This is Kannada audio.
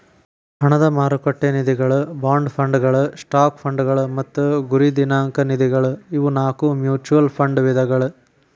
ಹಣದ ಮಾರುಕಟ್ಟೆ ನಿಧಿಗಳ ಬಾಂಡ್ ಫಂಡ್ಗಳ ಸ್ಟಾಕ್ ಫಂಡ್ಗಳ ಮತ್ತ ಗುರಿ ದಿನಾಂಕ ನಿಧಿಗಳ ಇವು ನಾಕು ಮ್ಯೂಚುಯಲ್ ಫಂಡ್ ವಿಧಗಳ